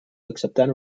acceptant